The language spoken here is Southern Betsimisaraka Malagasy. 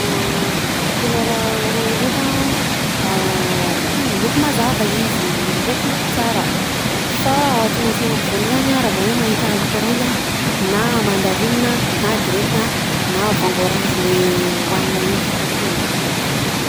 Kolera orange ndreka a loko mazava izy izy dreky loko tsara fa tonga ansainako voalohany a raha vao hoe mahita loko orange a na mandarine, na grefy a, na voangy orange le hoanina iny zany tonga anaty lohako voalohany.